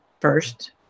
first